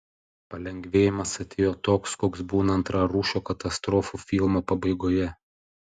palengvėjimas atėjo toks koks būna antrarūšio katastrofų filmo pabaigoje